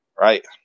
right